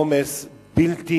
עומס בלתי